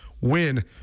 win